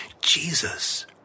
Jesus